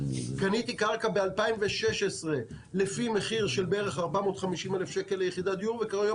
קניתי קרקע ב-2016 לפי מחיר של כ-450,000 ליחידת דיור והיום